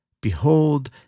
Behold